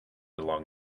along